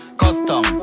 custom